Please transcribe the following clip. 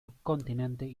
subcontinente